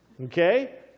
okay